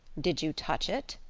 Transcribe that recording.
did you touch it?